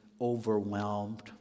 overwhelmed